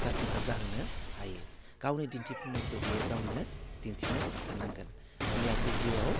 जाफुंसार जाहोनो हायो गावनि दिन्थिफुंनायखौ बेयो गावनो दिन्थिनो हानांगोन होमब्लासो जिउआव